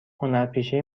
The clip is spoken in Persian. هنرپیشه